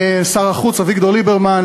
לשר החוץ אביגדור ליברמן,